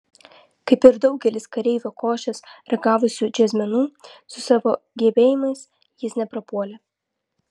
kaip ir daugelis kareivio košės ragavusių džiazmenų su savo gebėjimais jis neprapuolė